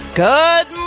Good